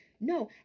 No